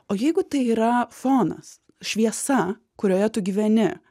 o jeigu tai yra fonas šviesa kurioje tu gyveni